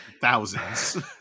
thousands